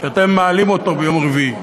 שאתם מעלים את זכרו ביום רביעי,